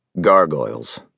Gargoyles